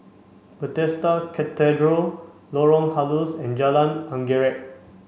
Bethesda Cathedral Lorong Halus and Jalan Anggerek